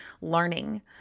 learning